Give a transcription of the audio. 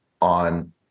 on